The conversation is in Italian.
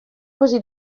così